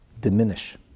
diminish